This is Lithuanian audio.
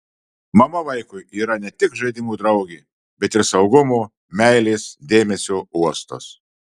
mama vaikui yra ne tik žaidimų draugė bet ir saugumo meilės dėmesio uostas